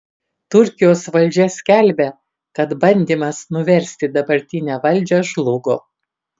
turkijos valdžia skelbia kad bandymas nuversti dabartinę valdžią žlugo